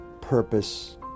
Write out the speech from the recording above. purpose